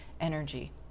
energy